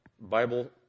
Bible